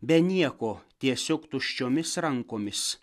be nieko tiesiog tuščiomis rankomis